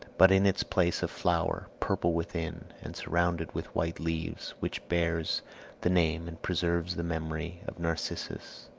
but in its place a flower, purple within, and surrounded with white leaves, which bears the name and preserves the memory of narcissus.